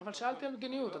אבל שאלתי על מדיניות.